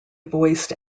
voiced